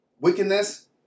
wickedness